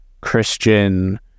Christian